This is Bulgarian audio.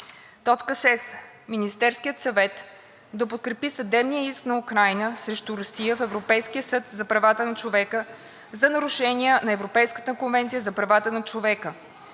6. Министерският съвет да подкрепи съдебния иск на Украйна срещу Русия в Европейския съд за правата на човека за нарушения на Европейската конвенция за правата на човека.